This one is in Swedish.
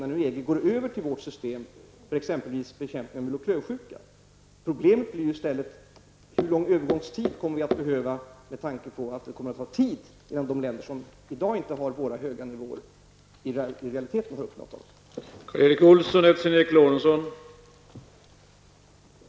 EG går ju nu över till vårt system för exempelvis bekämpning av mul och klövsjuka. Problemet blir i stället hur lång övergångstid vi kommer att behöva med tanke på att det kommer att ta tid innan de länder som i dag inte har våra höga nivåer i realiteten har uppnått dem.